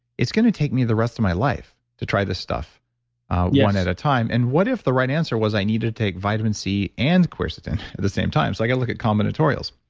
it's going to take me the rest of my life to try this stuff one at a time. and what if the right answer was, i needed to take vitamin c and quercetin at the same time. so like, i look at common tutorials.